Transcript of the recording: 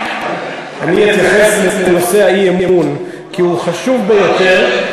אני אתייחס לנושא האי-אמון, כי הוא חשוב ביותר.